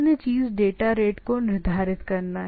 अन्य चीजें हैं डेटा रेट निर्धारित करना है